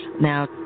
Now